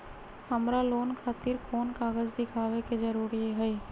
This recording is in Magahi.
हमरा लोन खतिर कोन कागज दिखावे के जरूरी हई?